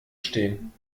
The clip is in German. stehen